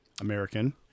American